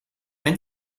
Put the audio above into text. ein